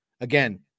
again